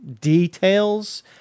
details